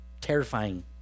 terrifying